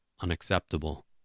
unacceptable